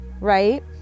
right